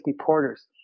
porters